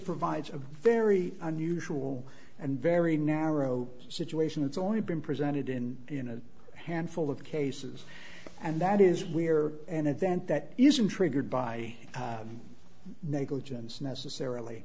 provides a very unusual and very narrow situation it's only been presented in in a handful of cases and that is we're an event that isn't triggered by negligence necessarily